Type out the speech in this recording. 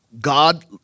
God